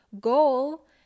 goal